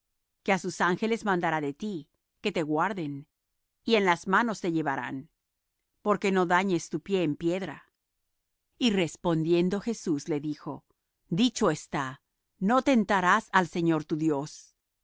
que á sus ángeles mandará de ti que te guarden y en las manos te llevarán porque no dañes tu pie en piedra y respondiendo jesús le dijo dicho está no tentarás al señor tu dios